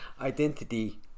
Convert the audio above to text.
identity